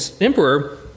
emperor